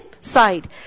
side